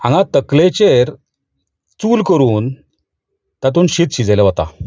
हांगा तकलेचेर चूल करून तातूंत शीत शिजयलें वता